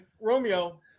Romeo